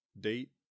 Date